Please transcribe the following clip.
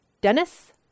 Dennis